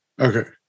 Okay